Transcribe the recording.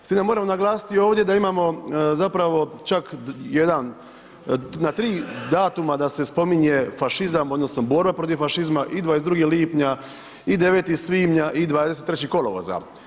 S tim da moram naglasiti ovdje da imamo zapravo čak jedan na tri datuma da se spominje fašizam odnosno borba protiv fašizma i 22. lipnja i 9. svibnja i 23. kolovoza.